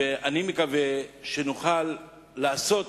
אני מקווה שנוכל לעשות